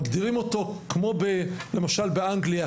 מגדירים אותו כמו למשל באנגליה,